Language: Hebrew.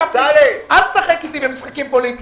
גפני, אל תשחק איתי במשחקים פוליטיים.